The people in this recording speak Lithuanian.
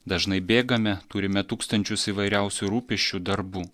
dažnai bėgame turime tūkstančius įvairiausių rūpesčių darbų